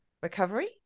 Recovery